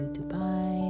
Dubai